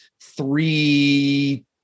three